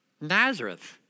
Nazareth